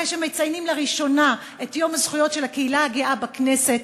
אחרי שמציינים לראשונה את יום הזכויות של הקהילה הגאה בכנסת,